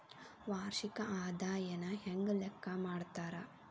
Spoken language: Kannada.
ವಾರ್ಷಿಕ ಆದಾಯನ ಹೆಂಗ ಲೆಕ್ಕಾ ಮಾಡ್ತಾರಾ?